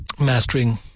mastering